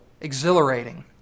exhilarating